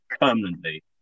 permanently